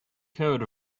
coat